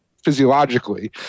physiologically